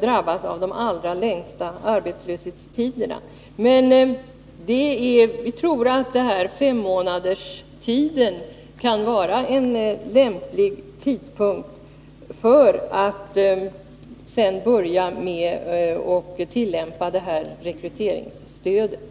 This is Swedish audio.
drabbas av de allra längsta arbetslöshetstiderna. Ni tror att tiden fem månader kan vara en lämplig tid när det gäller att börja tillämpa rekryteringsstödet.